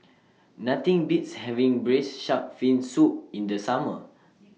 Nothing Beats having Braised Shark Fin Soup in The Summer